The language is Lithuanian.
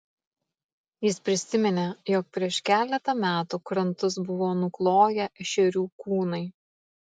jis prisiminė jog prieš keletą metų krantus buvo nukloję ešerių kūnai